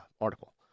article